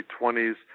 20s